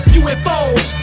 ufo's